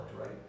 right